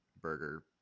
Burger